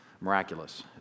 miraculous